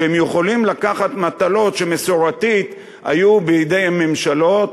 שיכולים לקחת מטלות שמסורתית היו בידי הממשלות